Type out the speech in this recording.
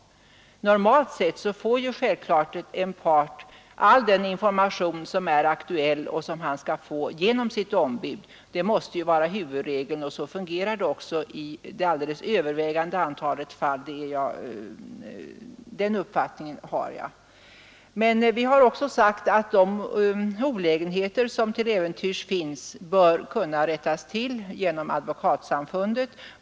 Normalt får självfallet en part genom sitt ombud all den information som är aktuell och som han skall ha. Det måste vara huvudregeln. Så fungerar det också i det alldeles övervägande antalet fall. Den uppfattningen har jag. Och vi har sagt att de brister som till äventyrs kan finnas där bör kunna rättas till genom Advokatsamfundet.